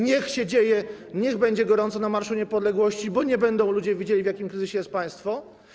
Niech się dzieje, niech będzie gorąco na Marszu Niepodległości, bo ludzie nie będą widzieli, w jakim kryzysie jest państwo.